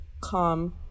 calm